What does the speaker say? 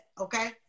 Okay